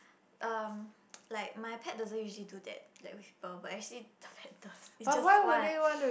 um like my pet doesn't usually do that like with people but actually too bad the it's just one